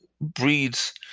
breeds